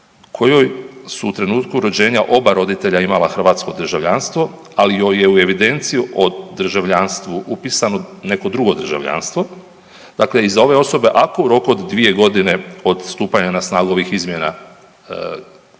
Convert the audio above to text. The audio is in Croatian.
kojoj su u trenutku rođenja oba roditelja imala hrvatsko državljanstvo, ali joj je u evidenciju o državljanstvu upisano neko drugo državljanstvo. Dakle iz ove osobe, ako u roku od 2 godine od stupanja na snagu ovih izmjena